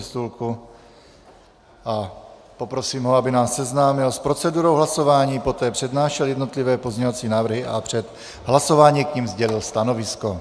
Stejně ho poprosím, aby nás seznámil s procedurou hlasování, poté přednášel jednotlivé pozměňovací návrhy a před hlasováním k nim sdělil stanovisko.